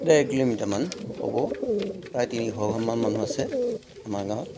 দেৰ কিলোমিটাৰমান হ'ব প্ৰায় তিনিশ ঘৰমান মানুহ আছে আমাৰ গাঁৱত